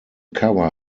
cover